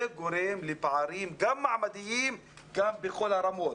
זה גורם לפערים, גם מעמדיים וגם בכל הרמות.